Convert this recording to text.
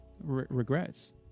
Regrets